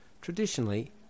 Traditionally